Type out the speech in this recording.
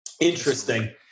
Interesting